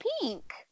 pink